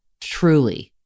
truly